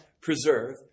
preserve